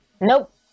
Nope